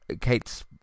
kate's